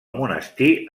monestir